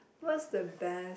what's the best